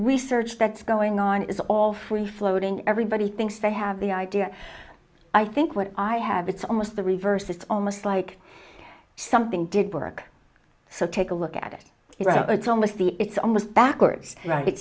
research that's going on is all free floating everybody thinks they have the idea i think what i have it's almost the reverse it's almost like something didn't work so take a look at it rather it's only see it's almost backwards